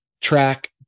track